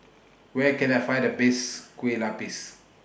Where Can I Find The Best Kue Lupis